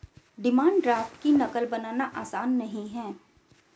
demand draft की नक़ल बनाना आसान नहीं है